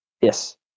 Yes